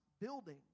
building